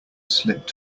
slipped